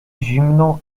zimną